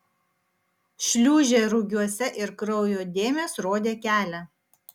šliūžė rugiuose ir kraujo dėmės rodė kelią